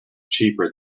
cheaper